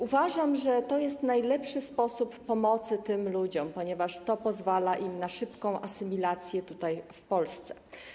Uważam, że to jest najlepszy sposób pomocy tym ludziom, ponieważ to pozwala im na szybką asymilację tutaj, w Polsce.